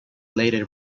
later